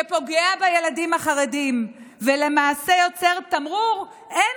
שפוגע בילדים החרדים ולמעשה יוצר תמרור אין